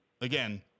again